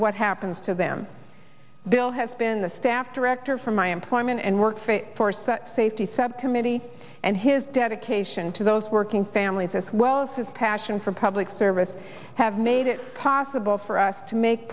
what happens to them bill has been the staff director for my employment and work force safety subcommittee and his dedication to those working families as well as his passion for public service have made it possible for us to make